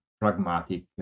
pragmatic